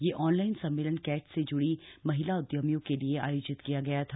यह ऑनलाइन सम्मेलन कैट से ज्ड़ी महिला उद्यमियों के लिये आयोजित किया गया था